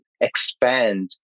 expand